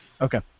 Okay